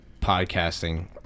podcasting